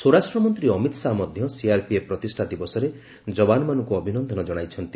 ସ୍ୱରାଷ୍ଟ୍ର ମନ୍ତ୍ରୀ ଅମିତ ଶାହା ମଧ୍ୟ ସିଆର୍ପିଏଫ୍ ପ୍ରତିଷ୍ଠା ଦିବସରେ ଯବାନମାନଙ୍କୁ ଅଭିନନ୍ଦନ ଜଣାଇଛନ୍ତି